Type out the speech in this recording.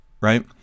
right